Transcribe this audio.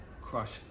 Crush